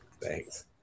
thanks